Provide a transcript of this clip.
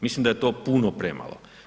Mislim da je to puno premalo.